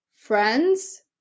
friends